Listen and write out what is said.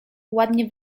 ładnie